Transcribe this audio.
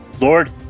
Lord